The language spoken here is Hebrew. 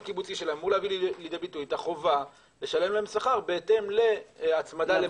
את החובה לשלם להם שכר בהתאם למעמדם.